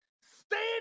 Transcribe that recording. Stand